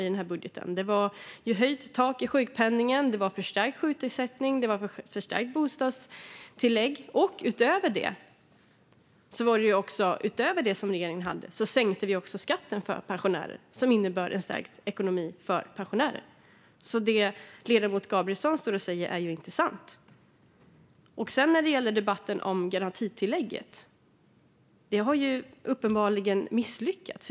Det handlade om höjt tak i sjukpenningen, förstärkt sjukersättning och förstärkt bostadstillägg. Utöver det sänkte vi också skatten för pensionärerna, vilket innebär stärkt ekonomi för dem. Det ledamoten Gabrielsson säger är alltså inte sant. När det gäller garantitillägget har ni uppenbarligen misslyckats.